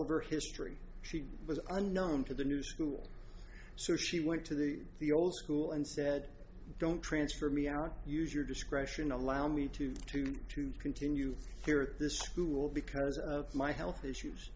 over history she was unknown to the new school so she went to the the old school and said don't transfer me aren't use your discretion allow me to to to continue here at this school because of my health issues